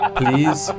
please